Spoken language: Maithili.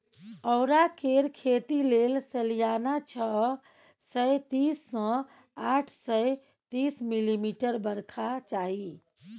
औरा केर खेती लेल सलियाना छअ सय तीस सँ आठ सय तीस मिलीमीटर बरखा चाही